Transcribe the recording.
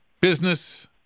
business